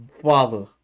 father